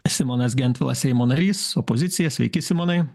simonas gentvilas seimo narys opozicija sveiki simonai